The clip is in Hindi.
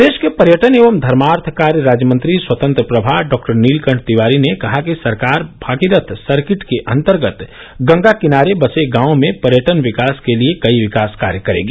प्रदेश के पर्यटन एवं धर्मार्थ कार्य राज्यमंत्री स्वतंत्र प्रभार डॉक्टर नीलकंठ तिवारी ने कहा कि सरकार भागीरथ सर्किट के अर्तगत गंगा किनारे बसे गाँवों में पर्यटन विकास के लिए कई विकास कार्य करेगी